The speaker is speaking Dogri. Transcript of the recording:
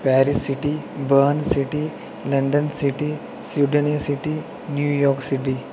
Paris city Bern city London city Sweden city New York city